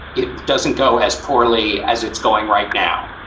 it doesn't go as poorly as it's going. right. now,